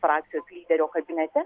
frakcijos lyderio kabinete